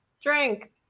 drink